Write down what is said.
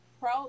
pro